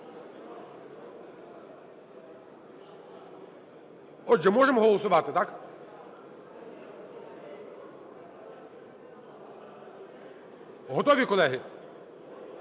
Отже, можемо голосувати? Так. Готові? Колеги,